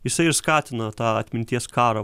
jisai ir skatina tą atminties karą